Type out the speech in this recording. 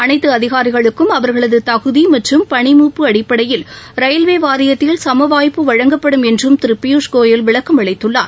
அனைத்துஅதிகாரிகளுக்கும் அவர்களதுதகுதிமற்றும் பணிமூப்பு அடிப்படையில் ரயில்வேவாரியத்தில் சமவாய்ப்பு வழங்கப்படும் என்றும் திருபியூஷ் கோயல் விளக்கம் அளித்துள்ளார்